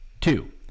Two